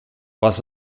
was